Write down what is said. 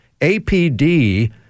APD